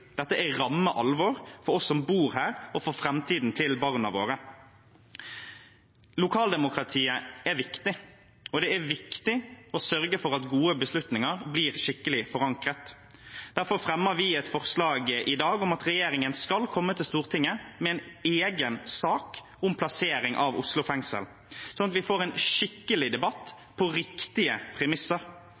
Dette er ramme alvor for oss som bor her, og for framtiden til barna våre. Lokaldemokratiet er viktig, og det er viktig å sørge for at gode beslutninger blir skikkelig forankret. Derfor fremmer vi et forslag i dag om at regjeringen skal komme til Stortinget med en egen sak om plassering av Oslo fengsel, sånn at vi får en skikkelig debatt på riktige premisser.